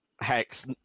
hex